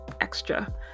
extra